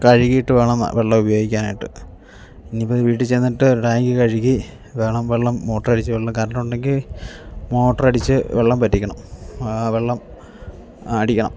കഴുകിയിട്ട് വേണം വെള്ളം ഉപയോഗിക്കാനായിട്ട് ഇനി ഇപ്പം വീട്ടിൽ ചെന്നിട്ട് ടാങ്കി കഴുകി വേണം വെള്ളം മോട്ടർ അടിച്ചു വെള്ളം കറണ്ട് ഉണ്ടെങ്കിൽ മോട്ടർ അടിച്ചു വെള്ളം വറ്റിക്കണം വെള്ളം അടിക്കണം